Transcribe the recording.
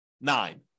nine